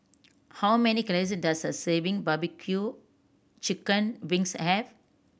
how many calories does a serving barbecue chicken wings have